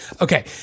Okay